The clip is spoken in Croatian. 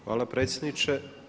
Hvala predsjedniče.